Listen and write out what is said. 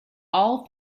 all